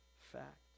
fact